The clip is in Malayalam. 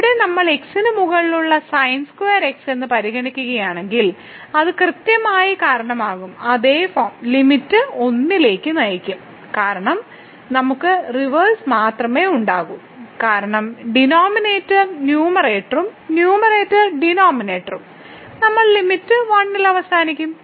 ഇവിടെ നമ്മൾ x ന് മുകളിലുള്ള sin2x എന്ന് പരിഗണിക്കുകയാണെങ്കിൽ അത് കൃത്യമായി കാരണമാകും അതേ ഫോം ലിമിറ്റ് 1 ലേക്ക് നയിക്കും കാരണം നമുക്ക് റിവേഴ്സ് മാത്രമേ ഉണ്ടാകൂ കാരണം ഡിനോമിനേറ്റർ ന്യൂമറേറ്ററും ന്യൂമറേറ്റർ ഡിനോമിനേറ്ററും നമ്മൾ ലിമിറ്റ് 1 ൽ അവസാനിക്കും